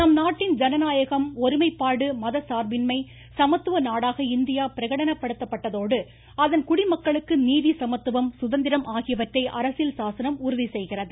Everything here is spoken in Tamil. நம் நாட்டின் ஜனநாயகம் ஒருமைப்பாடு மத சார்பின்மை சமத்துவ நாடாக இந்தியா பிரகடணப்படுத்தப்பட்டதோடு அதன் குடிமக்களுக்கு நீதி சமத்துவம் சுதந்திரம் ஆகியவற்றை அரசியல் சாசனம் உறுதி செய்கிறது